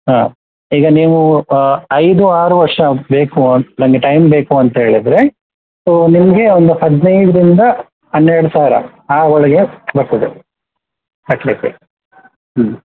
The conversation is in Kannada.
ಹಾಂ ಈಗ ನೀವು ಐದು ಆರು ವರ್ಷ ಬೇಕು ಅಂತ ನನಗೆ ಟೈಮ್ ಬೇಕು ಅಂತ ಹೇಳದ್ರೆ ಸೊ ನಿಮಗೆ ಒಂದು ಹದಿನೈದರಿಂದ ಹನ್ನೆರಡು ಸಾವಿರ ಆ ಒಳಗೆ ಬರ್ತದೆ ಕಟ್ಟಲಿಕ್ಕೆ ಹ್ಞೂ